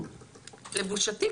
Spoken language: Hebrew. לבושתי,